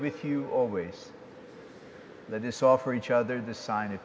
with you always that it's all for each other the sign of